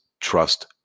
Trust